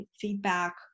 feedback